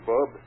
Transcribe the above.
Bob